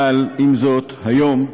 ועם זאת, היום,